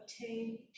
obtain